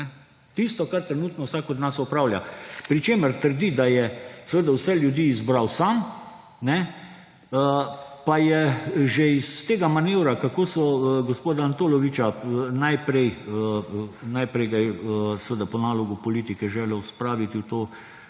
Tisto, kar trenutno vsak od nas opravlja. Pri čemer trdi, da je seveda vse ljudi izbral sam, pa je že iz tega manevra, kako so gospoda Antoloviča … najprej ga je seveda po nalogu politike želel spraviti v to